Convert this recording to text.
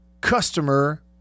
customer